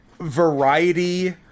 variety